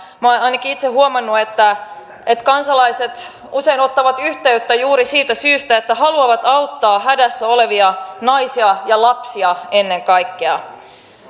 minä olen ainakin itse huomannut että että kansalaiset usein ottavat yhteyttä juuri siitä syystä että haluavat auttaa hädässä olevia naisia ja lapsia ennen kaikkea